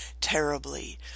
terribly